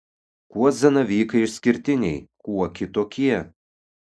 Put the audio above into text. kuo zanavykai išskirtiniai kuo kitokie